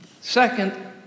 second